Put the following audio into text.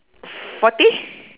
forty